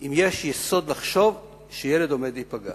אם יש יסוד לחשוב שילד עומד להיפגע